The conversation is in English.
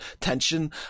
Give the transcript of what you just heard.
tension